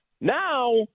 Now